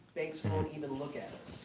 banks won't even look at